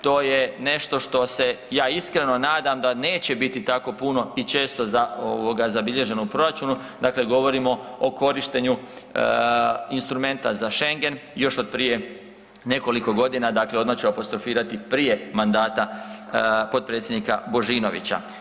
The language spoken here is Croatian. To je nešto što se ja iskreno nadam da neće biti tako puno i često ovoga zabilježeno u proračunu, dakle govorimo o korištenju instrumenta za Schengen još od prije nekoliko godina, dakle odmah ću apostrofirati prije mandata potpredsjednika Božinovića.